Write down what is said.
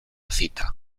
cita